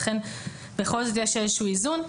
לכן בכל זאת יש איזשהו איזון.